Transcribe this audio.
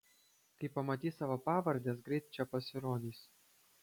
kai pamatys savo pavardes greit čia pasirodys